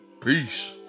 Peace